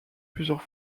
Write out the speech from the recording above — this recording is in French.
plusieurs